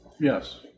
Yes